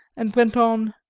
and went on